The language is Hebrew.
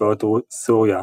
צבאות סוריה,